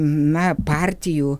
na partijų